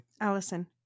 Allison